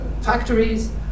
factories